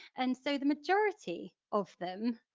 and so the majority of them,